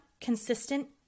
consistent